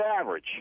average